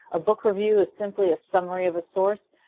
a book review is simply a summary of a source.